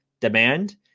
demand